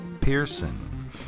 Pearson